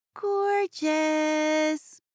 Gorgeous